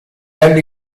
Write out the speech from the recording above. anni